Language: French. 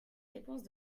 réponse